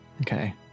Okay